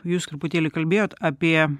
jūs truputėlį kalbėjot apie